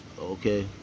okay